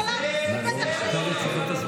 את ממשיכה להיות, ולא מפסיקה לשקר.